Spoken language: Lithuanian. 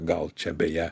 gal čia beje